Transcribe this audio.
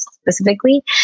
specifically